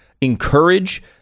encourage